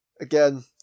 again